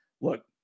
look